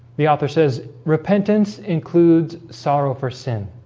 the author says repentance includes sorrow for sin